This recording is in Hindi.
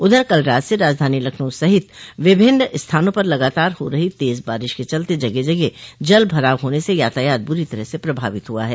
उधर कल रात से राजधानी लखनऊ सहित विभिन्न स्थानों पर लगातार हो रही तेज बारिश के चलते जगह जगह जल भराव होने से यातायात बुरी तरह से प्रभावित हुआ है